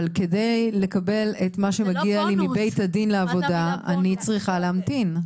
אבל כדי לקבל את מה שמגיע לי מבית הדין לעבודה אני צריכה להמתין,